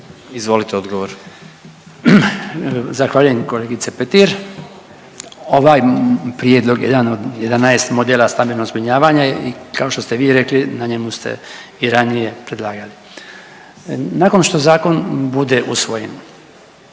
Branko (HDZ)** Zahvaljujem kolegice Petir. Ovaj prijedlog jedan od 11 modela stambenog zbrinjavanja je i kao što ste vi rekli na njemu ste i ranije predlagali. Nakon što zakon bude usvojen